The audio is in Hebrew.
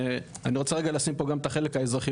ואני רוצה רגע לשים פה גם את החלק האזרחי